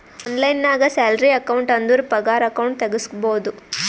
online ನಾಗ್ salary account ಅಂದುರ್ ಪಗಾರ ಅಕೌಂಟ್ ತೆಗುಸ್ಬೋದು